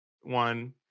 one